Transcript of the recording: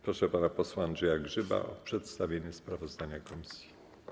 Proszę pana posła Andrzeja Grzyba o przedstawienie sprawozdania komisji.